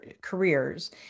careers